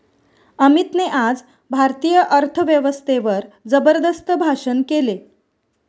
अमितने आज भारतीय अर्थव्यवस्थेवर जबरदस्त भाषण केले